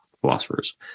philosophers